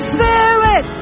Spirit